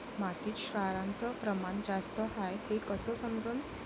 मातीत क्षाराचं प्रमान जास्त हाये हे कस समजन?